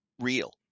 real